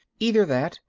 either that,